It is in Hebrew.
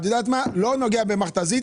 הוא לא נוגע במכתזית,